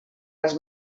les